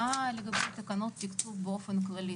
מה לגבי תקנות תקצוב באופן כללי?